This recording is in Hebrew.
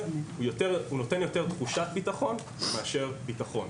- הוא נותן יותר תחושת ביטחון מאשר ביטחון.